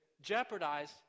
jeopardize